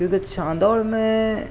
کیونکہ چاندوڑ میں